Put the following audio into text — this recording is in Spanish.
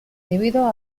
debido